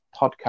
podcast